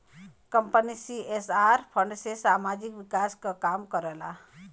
company CSR fund से सामाजिक विकास क काम करला